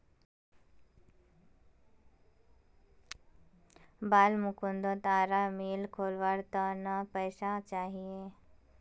बालमुकुंदक आरा मिल खोलवार त न पैसा चाहिए